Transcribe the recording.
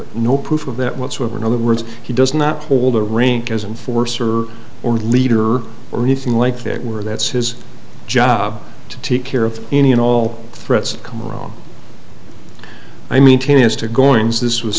it no proof of that whatsoever in other words he does not hold a rank as enforcer or leader or anything like that where that's his job to take care of any and all threats come around i mean cheney has to go into this was